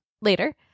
Later